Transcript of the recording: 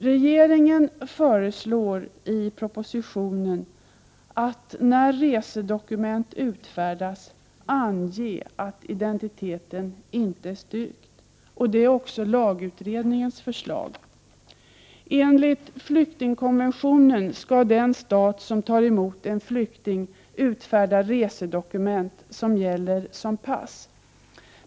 Regeringen föreslår i propositionen att man när resedokument utfärdas skall ange att identiteten inte är styrkt. Det är också lagutredningens förslag. Enligt flyktingkonventionen skall den stat som tar emot en flykting utfärda resedokument som gäller som pass.